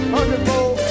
Hundredfold